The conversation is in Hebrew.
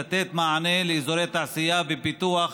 לתת מענה באזורי תעשייה ופיתוח